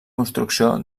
construcció